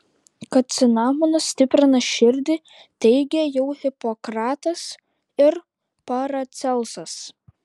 kad cinamonas stiprina širdį teigė jau hipokratas ir paracelsas